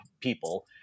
people